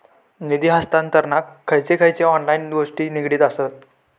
निधी हस्तांतरणाक खयचे खयचे ऑनलाइन गोष्टी निगडीत आसत?